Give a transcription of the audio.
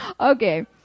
Okay